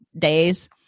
days